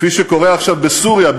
כפי שקורה עכשיו בסוריה,